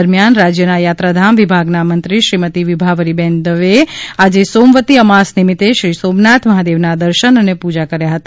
દરમિયાન રાજ્યના યાત્રાધામ વિભાગના મંત્રી શ્રીમતી વિભાવરીબેન દવેએ આજે સોમવતી અમાસ નિમિતે શ્રી સોમનાથ મહાદેવના દર્શન અને પ્રજા કર્યા હતા